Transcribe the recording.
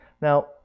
Now